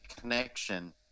connection